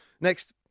Next